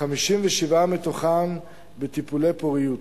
57 מתוכן בטיפולי פוריות,